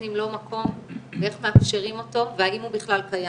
נותנים לו מקום ואיך מאפשרים אותו והאם הוא בכלל קיים.